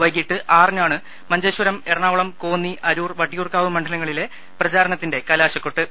വൈകീട്ട് ആറിനാണ് മഞ്ചേശ്വരം എറണാകുളം കോന്നി അരൂർ വട്ടിയൂർക്കാവ് മണ്ഡലങ്ങളിലെ പ്രചാരണത്തിന്റെ കലാ ശക്കൊട്ട്